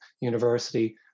University